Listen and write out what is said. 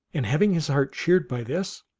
and, having his heart cheered by this,